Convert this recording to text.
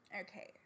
Okay